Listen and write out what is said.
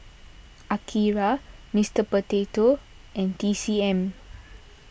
Akira Mister Potato and T C M